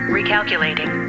Recalculating